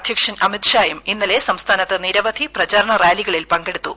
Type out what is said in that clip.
അധ്യക്ഷൻ അമിത്ഷായും ഇന്നലെ സംസ്ഥാനത്ത് നിരവധി പ്രചാരണ റാലികളിൽ പങ്കെടുത്തു